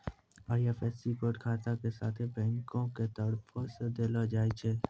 IFSC code खाता के साथे बैंको के तरफो से देलो जाय छै